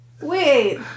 Wait